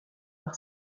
par